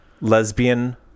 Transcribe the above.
Lesbian